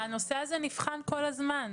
כן, הנושא הזה נבחן כל הזמן.